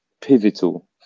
pivotal